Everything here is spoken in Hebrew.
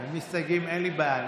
אין לי בעיה.